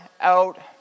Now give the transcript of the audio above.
out